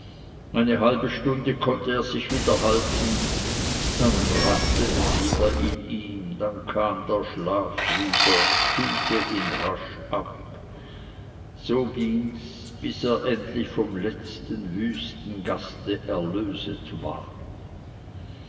eine halbe stunde konnte er sich wieder halten dann brannte es wieder in ihm dann kam der schlaf wieder kühlte ihn rasch ab so gings bis er endlich vom letzten wüsten gaste erlöset war